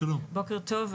בוקר טוב,